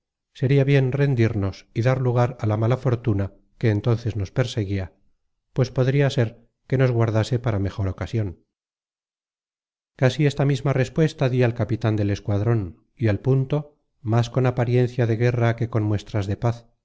sería bien rendirnos y dar lugar á la mala fortuna que entonces nos perseguia pues podria ser que nos guardase para mejor ocasion casi esta misma respuesta di al capitan del escuadron y al punto más con apariencia de guerra que con muestras de paz